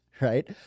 right